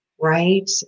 Right